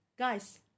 Guys